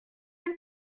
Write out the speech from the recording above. une